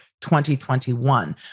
2021